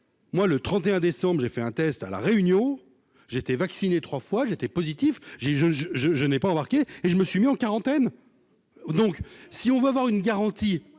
Moi, le 31 décembre j'ai fait un test à la Réunion, j'étais vacciné trois fois j'étais positif, j'ai, je, je, je, je n'ai pas remarqué et je me suis mis en quarantaine, donc si on veut avoir une garantie